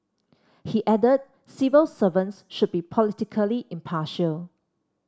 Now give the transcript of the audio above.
he added civil servants should be politically impartial